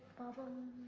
problem